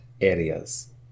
areas